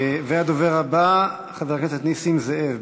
הדובר הבא, חבר הכנסת נסים זאב.